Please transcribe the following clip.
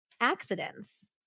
accidents